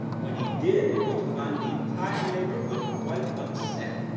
when he did it was to find the entire neighborhood quite upset.